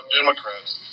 democrats